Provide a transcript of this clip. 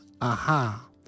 aha